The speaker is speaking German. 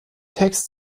text